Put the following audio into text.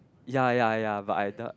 ya ya ya but I doubt